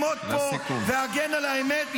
אני אעמוד פה ואגן על האמת.